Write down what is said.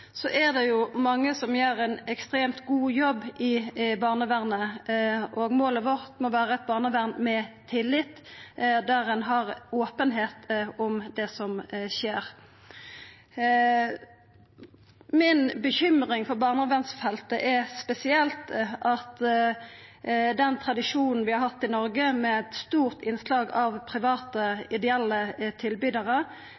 er det mange som gjer ein ekstremt god jobb. Målet vårt må vera eit barnevern med tillit, der ein har openheit om det som skjer. Mi bekymring for barnevernsfeltet er spesielt at den tradisjonen vi har hatt i Noreg med stort innslag av